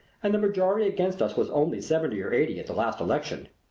and the majority against us was only seventy or eighty at the last election.